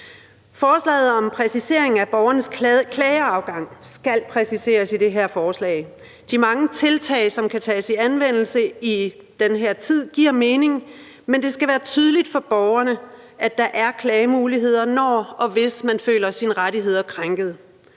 Forslaget om borgernes klageadgang skal præciseres i det her forslag. De mange tiltag, som kan tages i anvendelse i den her tid, giver mening, men det skal være tydeligt for borgerne, at der er klagemuligheder, når og hvis man føler sine rettigheder krænket.